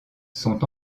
sont